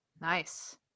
Nice